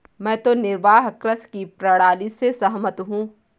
मैं तो निर्वाह कृषि की प्रणाली से सहमत हूँ